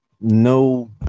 no